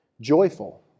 joyful